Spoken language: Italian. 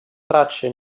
tracce